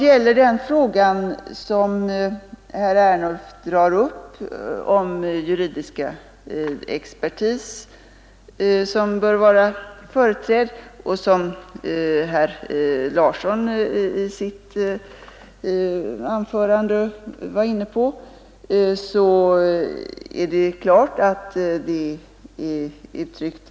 Herr Ernulf berörde önskemålet att juridisk expertis bör vara företrädd, och herr Larsson i Staffanstorp var också inne på det i sitt anförande.